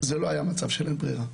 זה לא היה מצב של אין ברירה.